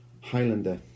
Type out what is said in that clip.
Highlander